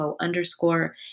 underscore